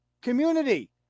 community